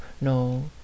no